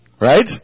Right